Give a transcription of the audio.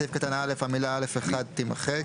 בסעיף קטן (א) המילה "(א1)" תימחק,